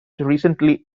recently